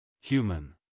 Human